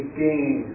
gain